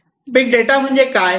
big data म्हणजे काय